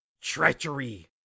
treachery